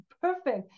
perfect